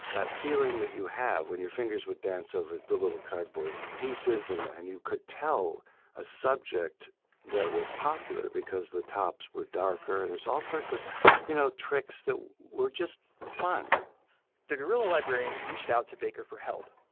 that feeling that you have when your fingers would dance over the little cardboard pieces, and and you could tell a subject that was popular because the tops were darker, and there's all sorts of you know tricks that were just fun the guerrilla librarians reached out to baker for help.